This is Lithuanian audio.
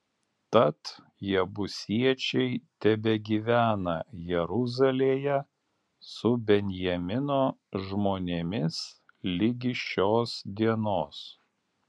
tad jebusiečiai tebegyvena jeruzalėje su benjamino žmonėmis ligi šios dienos